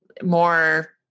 more